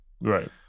Right